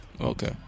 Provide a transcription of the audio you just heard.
okay